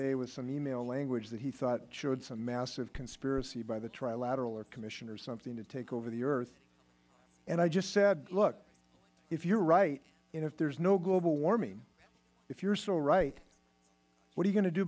day with some e mail language that he thought showed some massive conspiracy by the trilateral commission or something to take over the earth and i just said look if you are right and if there is no global warming if you are so right what are you going to do